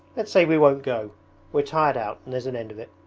let's say we won't go we're tired out and there's an end of it!